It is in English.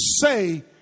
say